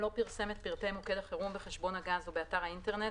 לא פרסם את פרטי מוקד החירום בחשבון הגז או באתר האינטרנט,